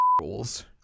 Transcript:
rules